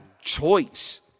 choice